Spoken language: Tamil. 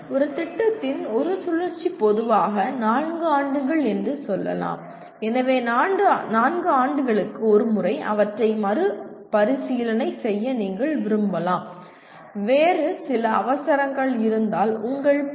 ஒரு திட்டத்தின் ஒரு சுழற்சி பொதுவாக நான்கு ஆண்டுகள் என்று சொல்லலாம் எனவே 4 ஆண்டுகளுக்கு ஒரு முறை அவற்றை மறுபரிசீலனை செய்ய நீங்கள் விரும்பலாம் வேறு சில அவசரங்கள் இருந்தால் உங்கள் பி